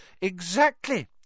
Exactly